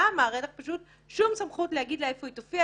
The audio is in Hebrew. אמר: אין לך פשוט שום סמכות להגיד לה איפה היא תופיע,